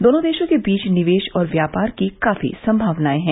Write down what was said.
दोनों देशों के बीच निवेश और व्यापार की काफी संभावनाएं है